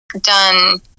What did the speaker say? done